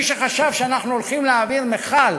מי שחשב שאנחנו הולכים להעביר מכל